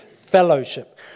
Fellowship